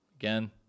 again